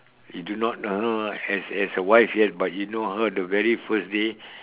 you do not know her as as a wife yet but you know her the very first day